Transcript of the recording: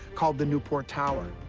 called the newport tower.